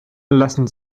lassen